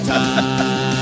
time